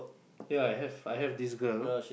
ya I have I have this girl